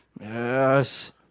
Yes